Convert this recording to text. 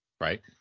right